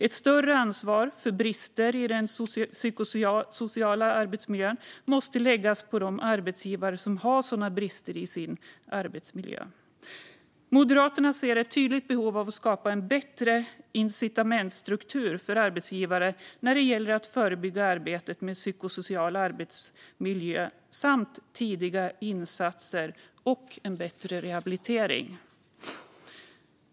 Ett större ansvar för brister i den psykosociala arbetsmiljön måste läggas på de arbetsgivare som har sådana brister i sin arbetsmiljö. Moderaterna ser ett tydligt behov av att skapa en bättre incitamentsstruktur för arbetsgivare när det gäller det förebyggande arbetet med psykosocial arbetsmiljö samt tidiga insatser och en bättre rehabilitering.